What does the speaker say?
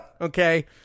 Okay